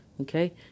Okay